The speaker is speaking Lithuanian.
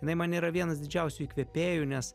jinai man yra vienas didžiausių įkvėpėjų nes